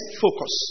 focus